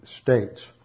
states